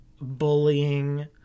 bullying